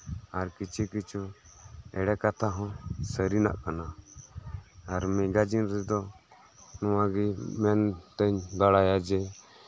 ᱟᱨ ᱠᱤᱪᱷᱩ ᱠᱤᱪᱷᱩ ᱮᱲᱮ ᱠᱟᱛᱷᱟ ᱦᱚᱸ ᱥᱟᱹᱨᱤᱱᱚᱜ ᱠᱟᱱᱟ ᱟᱨ ᱢᱮᱜᱟᱡᱤᱱ ᱨᱮᱫᱚ ᱱᱚᱣᱟᱜᱮ ᱢᱮᱱᱛᱤᱧ ᱵᱟᱲᱟᱭᱟ ᱡᱮ